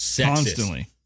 Constantly